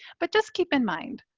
but just keep in mind,